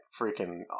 freaking